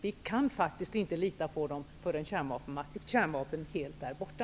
Vi kan faktiskt inte lita på dem förrän kärnvapnen helt är borta.